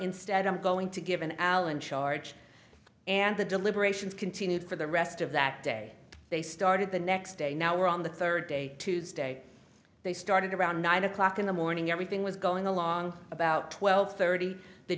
instead i'm going to give an allen charge and the deliberations continued for the rest of that day they start the next day now we're on the third day tuesday they started around nine o'clock in the morning everything was going along about twelve thirty the